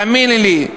תאמיני לי,